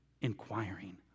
inquiring